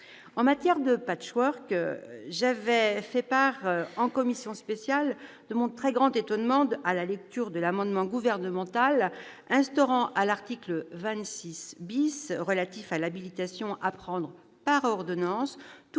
En matière de patchwork, j'avais fait part, en commission spéciale, de mon très grand étonnement à la lecture de l'amendement gouvernemental visant à instaurer l'article 26 relatif à l'habilitation à prendre, par ordonnances, toute